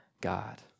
God